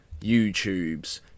YouTubes